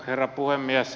herra puhemies